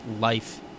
life